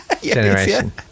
generation